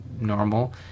normal